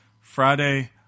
Friday